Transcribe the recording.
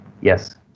Yes